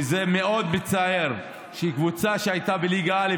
וזה מאוד מצער שקבוצה שהייתה בליגה א',